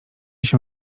się